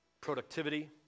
productivity